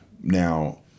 Now